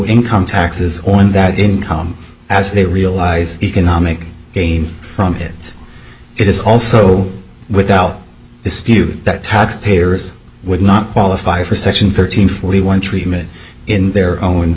income taxes on that income as they realize economic gain from it is also without dispute that taxpayers would not qualify for section thirteen forty one treatment in their own